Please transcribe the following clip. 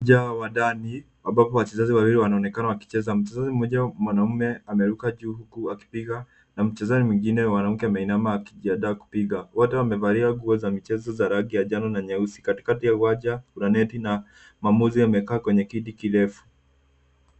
Uwanja wa ndani ambapo wachezaji wawili wanaonekana wakicheza. Mchezaji mmoja mwanamume ameruka juu huku akipiga na mchezaji mwingine mwanamke ameinama akijiandaa kupiga. Wote wamevalia nguo za michezo za rangi ya bluu na nyeupe. Katikati ya uwanja kuna neti na mwamuzi amekaa kwenye kiti kirefu.